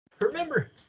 remember